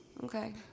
okay